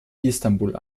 istanbul